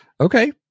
Okay